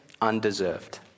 undeserved